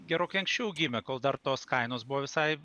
gerokai anksčiau gimė kol dar tos kainos buvo visai